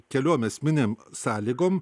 keliom esminėm sąlygom